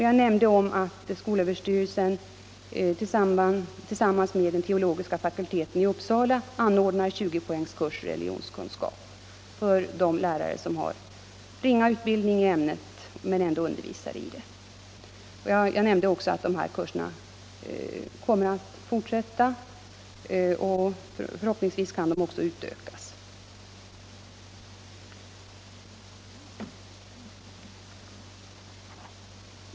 Jag nämnde att skolöverstyrelsen tillsammans med den teologiska fakulteten i Uppsala anordnar 20-poängskurser i religionskunskap för de lärare som har ringa utbildning i ämnet men ändå undervisar i det. Jag nämnde också att dessa kurser kommer att fortsätta. Förhoppningsvis kan de också utökas.